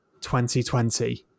2020